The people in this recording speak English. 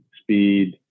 speed